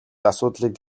асуудлыг